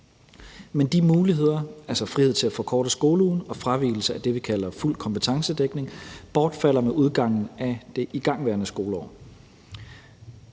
Men de muligheder, altså frihed til at forkorte skoleugen og fravigelse af det, vi kalder fuld kompetencedækning, bortfalder med udgangen af det igangværende skoleår.